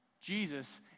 Jesus